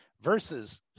versus